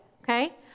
okay